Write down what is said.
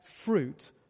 fruit